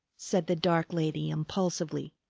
said the dark lady impulsively.